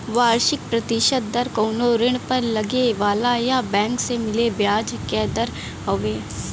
वार्षिक प्रतिशत दर कउनो ऋण पर लगे वाला या बैंक से मिले ब्याज क दर हउवे